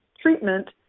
treatment